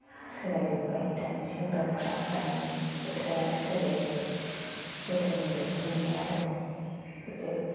सोलायजोब्बाय दानि सेंग्राफ्रा दानि बोथोरानो सोलायबाय गोदोनि बायदि नंला आरो गोदो